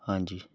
ਹਾਂਜੀ